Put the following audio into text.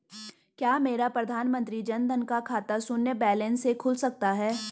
क्या मेरा प्रधानमंत्री जन धन का खाता शून्य बैलेंस से खुल सकता है?